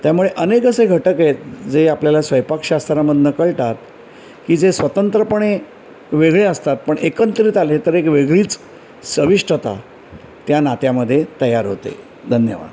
त्यामुळे अनेक असे घटक आहेत जे आपल्याला स्वयंपाकशास्त्रामधनं कळतात की जे स्वतंत्रपणे वेगळे असतात पण एकत्रित आले तर एक वेगळीच चविष्टता त्या नात्यामध्ये तयार होते धन्यवाद